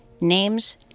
Names